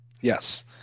Yes